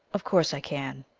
of course i can.